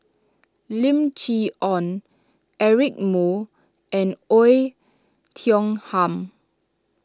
Lim Chee Onn Eric Moo and Oei Tiong Ham